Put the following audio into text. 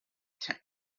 tank